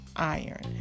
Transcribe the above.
iron